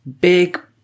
big